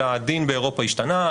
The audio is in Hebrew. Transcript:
אלא הדין באירופה השתנה,